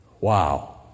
Wow